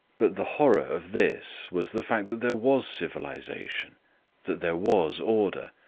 but the horror of this was the fact that there was civilization, that there was order,